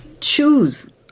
choose